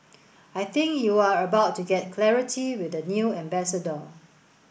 I think you are about to get clarity with the new ambassador